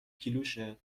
کیلوشه